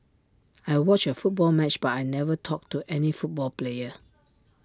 I watched A football match but I never talked to any football player